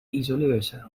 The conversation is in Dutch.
isoleercel